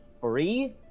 free